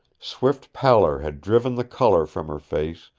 swift pallor had driven the color from her face,